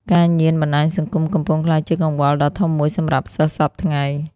ការញៀនបណ្ដាញសង្គម កំពុងក្លាយជាកង្វល់ដ៏ធំមួយសម្រាប់សិស្សសព្វថ្ងៃ។